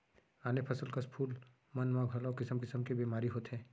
आने फसल कस फूल मन म घलौ किसम किसम के बेमारी होथे